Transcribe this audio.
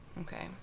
Okay